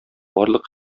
барлык